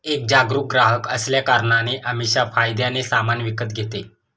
एक जागरूक ग्राहक असल्या कारणाने अमीषा फायद्याने सामान विकत घेते